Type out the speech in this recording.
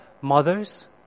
mothers